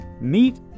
meet